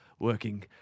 Working